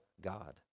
God